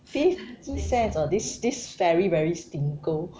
fifty cents ah this this fairy very stinko